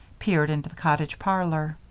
peered into the cottage parlor.